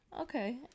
Okay